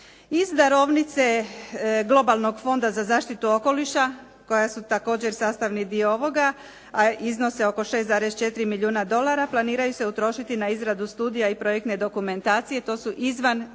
Iz darovnice globalnog fonda za zaštitu okoliša koja su također sastavni dio ovoga a iznose oko 6,4 milijuna dolara planiraju se utrošiti na izradu studije i projektne dokumentacije. To su sredstva